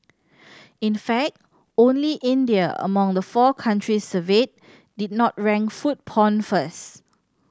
in fact only India among the four countries surveyed did not rank food porn first